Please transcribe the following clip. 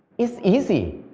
it's easy,